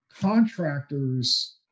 contractors